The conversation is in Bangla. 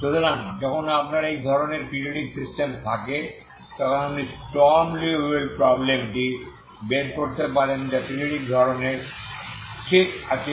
সুতরাং যখন আপনার এই ধরণের পিরিয়ডিক সিস্টেম থাকে তখন আপনি স্টর্ম লিওভিল প্রব্লেম টি বের করতে পারেন যা পিরিয়ডিক ধরণের ঠিক আছে